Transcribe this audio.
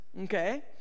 Okay